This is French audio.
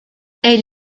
elle